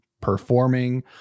performing